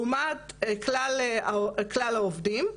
לעומת כלל העובדים,